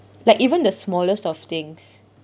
like even the smallest of things